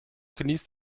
genießt